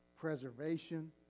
preservation